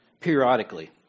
periodically